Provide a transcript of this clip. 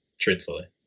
truthfully